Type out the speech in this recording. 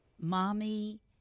mommy